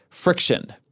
Friction